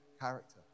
character